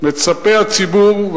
מצפה הציבור,